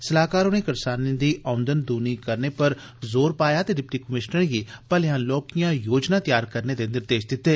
सलाहकार होरें करसानें दी औंदन द्नी करने पर जोर पाया ते डिप्टी कमीशनरें गी भलेया लौहकियां योजनां त्यार करने दे निर्देश दिते